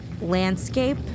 landscape